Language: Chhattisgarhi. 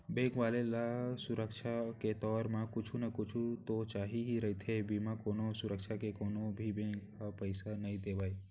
बेंक वाले ल सुरक्छा के तौर म कुछु न कुछु तो चाही ही रहिथे, बिना कोनो सुरक्छा के कोनो भी बेंक ह पइसा नइ देवय